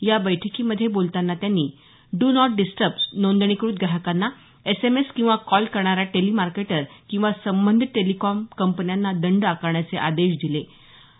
या बैठकीमध्ये बोलतांना त्यांनी डू नॉट डिस्टर्ब नोंदणीकृत ग्राहकांना एसएमएस किंवा कॉल करणाऱ्या टेलिमार्केटर किंवा संबंधित टेलिकॉम कंपन्यांना दंड आकारण्याचे आदेश मंत्री प्रसाद यांनी दिले